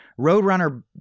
Roadrunner